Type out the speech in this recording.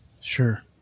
Sure